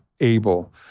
able